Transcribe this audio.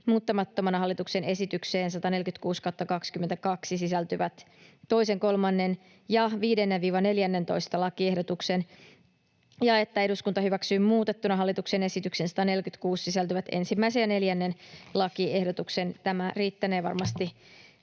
muuttamattomana hallituksen esitykseen 146/22 sisältyvät 2., 3. ja 5.—14. lakiehdotuksen ja että eduskunta hyväksyy muutettuna hallituksen esitykseen 146 sisältyvät 1. ja 4. lakiehdotuksen. Tämä riittänee varmasti